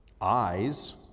Eyes